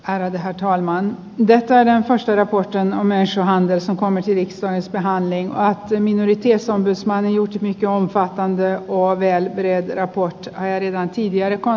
hänet yhä thaimaan tehtävään torstaina kun sen hameissaan myös onko me siis sais vähän liikaa syöminen intiassa myös marjut mikä alfa kantee ookean dieter von scheele näkijä riittävät henkilöstöresurssit